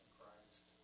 Christ